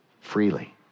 freely